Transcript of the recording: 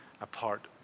apart